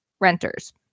renters